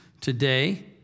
Today